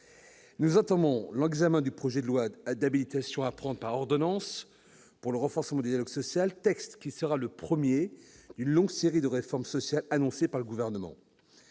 Nous entamons l'examen du projet de loi d'habilitation à prendre par ordonnances les mesures pour le renforcement du dialogue social, texte qui introduira la première d'une longue série de réformes sociales annoncées par le Gouvernement.